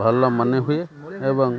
ଭଲ ମନେ ହୁଏ ଏବଂ